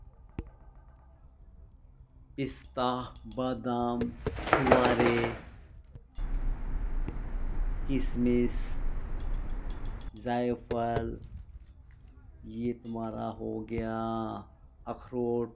پستہ بادام چھوارے کشمش ذائع پھل یہ تمہارا ہو گیا اخروٹ